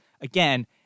again